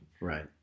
Right